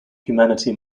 humanity